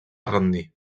rendir